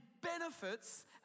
benefits